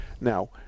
Now